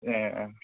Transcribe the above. ए ए